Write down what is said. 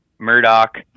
Murdoch